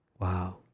wow